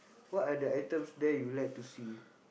what are the items there you like to see